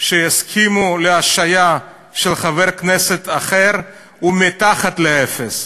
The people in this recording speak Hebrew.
שיסכימו להשעיה של חבר כנסת אחר הוא מתחת לאפס.